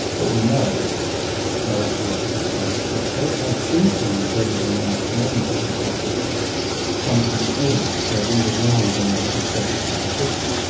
but we know our astrological sign. it shows how deeply embedded in our modern human consciousness something is that we would now regard as total superstition.